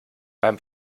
beim